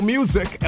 Music